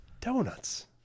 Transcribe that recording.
donuts